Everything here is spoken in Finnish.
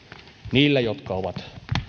niillä jotka ovat